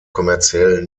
kommerziell